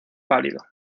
pálido